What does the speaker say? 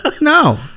No